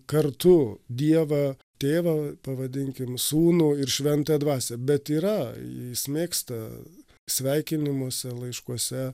kartu dievą tėvą pavadinkim sūnų ir šventąją dvasią bet yra jis mėgsta sveikinimuose laiškuose